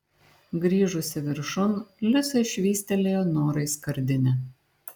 grįžusi viršun liusė švystelėjo norai skardinę